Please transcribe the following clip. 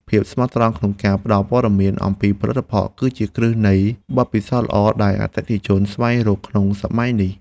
ភាពស្មោះត្រង់ក្នុងការផ្ដល់ព័ត៌មានអំពីផលិតផល គឺជាគ្រឹះនៃបទពិសោធន៍ល្អដែលអតិថិជនស្វែងរកក្នុងសម័យនេះ។